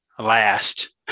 Last